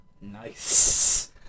Nice